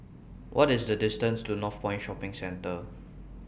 What IS The distance to Northpoint Shopping Centre